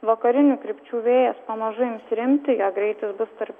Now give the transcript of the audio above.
vakarinių krypčių vėjas pamažu ims rimti jo greitis bus tarp